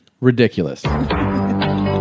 Ridiculous